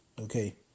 Okay